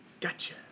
Gotcha